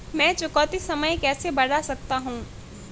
मैं चुकौती समय कैसे बढ़ा सकता हूं?